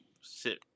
sit